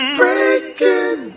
breaking